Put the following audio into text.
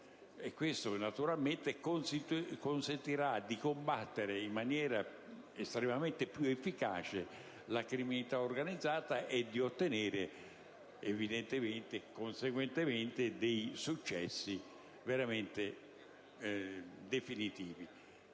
Questo, naturalmente, consentirà di combattere in maniera estremamente più efficace la criminalità organizzata e di ottenere conseguentemente successi veramente definitivi.